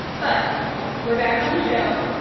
but we're back on the show.